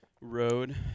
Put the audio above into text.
road